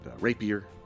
rapier